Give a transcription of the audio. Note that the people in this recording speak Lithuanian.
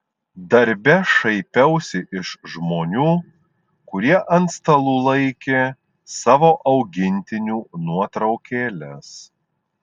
darbe šaipiausi iš žmonių kurie ant stalų laikė savo augintinių nuotraukėles